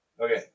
Okay